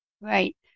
Right